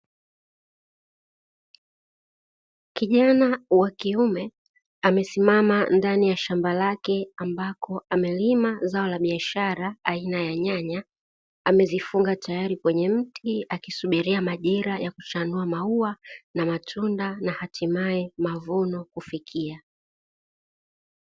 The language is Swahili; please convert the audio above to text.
Kijana wa kiume amesimama ndani ya shamba lake, ambako amelima zao la biashara aina ya nyanya, amezifunga tayari,m kwenye mti, akisubiria majira ya kuchanua maua na matunda na hatimaye mavuno kufikia.